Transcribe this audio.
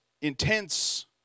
intense